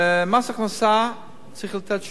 מס הכנסה צריך לתת תשובה על זה,